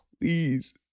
please